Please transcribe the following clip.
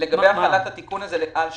לגבי החלת התיקון הזה עד 2020,